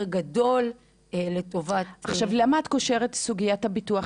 גדול לטובת --- עכשיו למה את קושרת את סוגיית הביטוח,